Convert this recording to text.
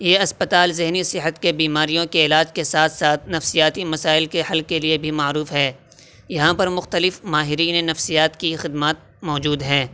یہ اسپتال ذہنی صحت کے بیماریوں کے علاج کے ساتھ ساتھ نفسیاتی مسائل کے حل کے لیے بھی معروف ہے یہاں پر مختلف ماہرین نفسیات کی خدمات موجود ہیں